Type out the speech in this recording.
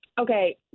Okay